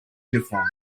uniforms